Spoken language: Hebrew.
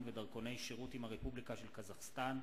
ודרכוני שירות עם הרפובליקה של קזחסטן,